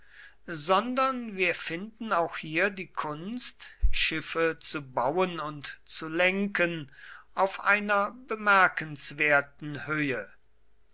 sondern wir finden auch hier die kunst schiffe zu bauen und zu lenken auf einer bemerkenswerten höhe